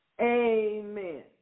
Amen